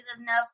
enough